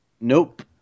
Nope